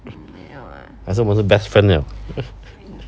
还是我们是 best friend 了